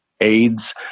AIDS